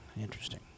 Interesting